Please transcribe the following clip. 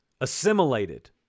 assimilated